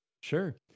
Sure